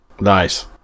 nice